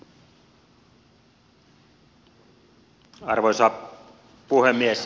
arvoisa puhemies